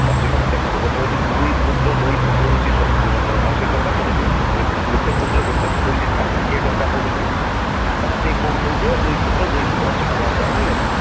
ଅଶୀ ଟଙ୍କା ଦେଖନ୍ତୁ ଗୋଟିଏ ହେଉଛି ଦୁଇ ଫୁଟର ଦୁଇ ଫୁଟ ହେଉଛି ଅଶୀ ଟଙ୍କା ପଡ଼ୁଛି ଗୋଟିଏ ଫୁଟରେ ଗୋଟିଏ ଫୁଟ ହେଉଛି ଷାଠିଏ ଟଙ୍କା ପଡ଼ୁଛି ଆପଣ ସେଇ କହୁଛନ୍ତି ଯେ ଦୁଇ ଫୁଟର ଦୁଇ ଫୁଟ ଅଶୀ ଟଙ୍କା ହିସାବରେ ନେବେ